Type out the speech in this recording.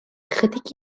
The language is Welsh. ychydig